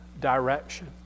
direction